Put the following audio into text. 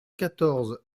quatorze